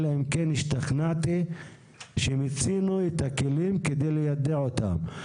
אלא אם כן השתכנעתי שמיצינו את הכלים כדי ליידע אותם.